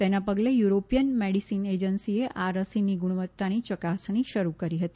તેના પગલે European medicine એજન્સીએ આ રસીની ગુણવત્તાની ચકાસણી શરૂ કરી હતી